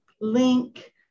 link